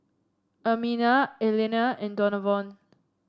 Ermina Elana and Donavon